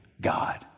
God